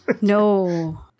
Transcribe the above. no